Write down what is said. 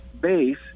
base